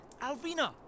Alvina